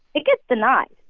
it gets denied.